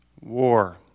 War